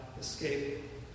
escape